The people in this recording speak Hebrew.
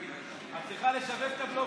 מוגבלות ועם צרכים מיוחדים.